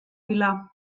pilar